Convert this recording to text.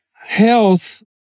Health